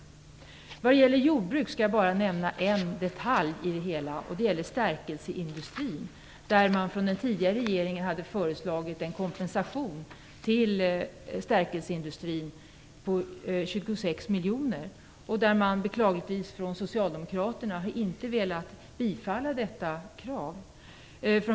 När det gäller jordbruket skall jag bara ta upp en detalj, och den gäller stärkelseindustrin. Den tidigare regeringen hade föreslagit en kompensation till stärkelseindustrin på 26 miljoner. Socialdemokraterna har beklagligtvis inte velat tillstyrka detta krav.